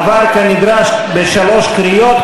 עברה כנדרש בשלוש קריאות,